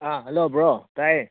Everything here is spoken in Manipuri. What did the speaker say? ꯑꯥ ꯍꯜꯂꯣ ꯕ꯭ꯔꯣ ꯇꯥꯏꯑꯦ